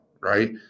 right